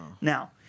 Now